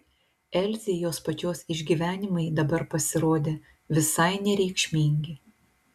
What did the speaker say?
elzei jos pačios išgyvenimai dabar pasirodė visai nereikšmingi